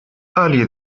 earlier